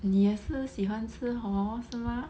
你也是喜欢吃 hor 是 mah